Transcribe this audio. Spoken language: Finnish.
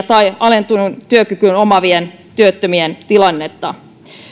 tai alentuneen työkyvyn omaavien työttömien tilannetta